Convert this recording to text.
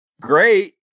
Great